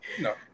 No